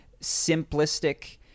simplistic